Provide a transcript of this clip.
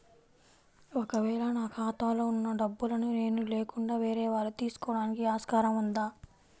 ఒక వేళ నా ఖాతాలో వున్న డబ్బులను నేను లేకుండా వేరే వాళ్ళు తీసుకోవడానికి ఆస్కారం ఉందా?